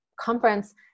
conference